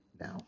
now